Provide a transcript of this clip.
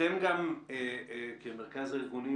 אתם גם כמרכז הארגונים